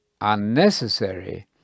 unnecessary